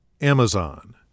Amazon